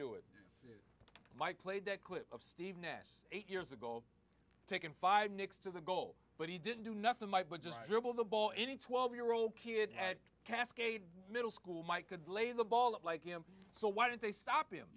do it mike played that clip of steve ness eight years ago taken five nicks to the goal but he didn't do nothing might but just dribble the ball any twelve year old kid at cascade middle school might could lay the ball up like him so why didn't they stop him